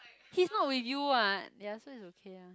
he's not with you what ya so it's okay ah